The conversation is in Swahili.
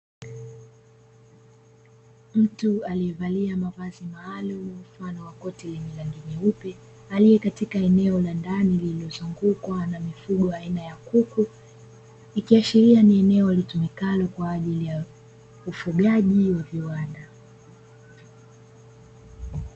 Mtu aliyevalia mavazi maalumu mfano wa koti lenye rangi nyeupe, aliye katika eneo la ndani lililozungukwa na mifugo aina ya kuku, ikiashiria ni eneo litumikalo kwa ajili ya ufugaji wa viwanda.